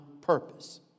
purpose